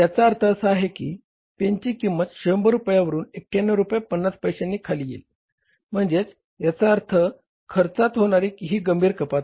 याचा अर्थ असा की आता पेनची किंमत 100 रुपयांवरून 91 रुपये 50 पैश्यांनी खाली येईल म्हणजे याचा अर्थ खर्चात होणारी ही गंभीर कपात आहे